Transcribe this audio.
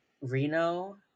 reno